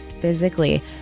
physically